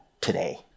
today